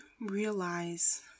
realize